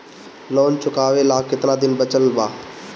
Loan चुकावे ला कितना दिन बचल बा?